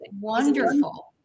Wonderful